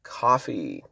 coffee